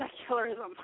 secularism